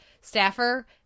staffer